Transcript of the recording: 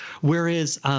whereas –